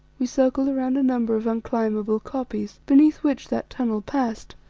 we circled round a number of unclimbable koppies, beneath which that tunnel passed,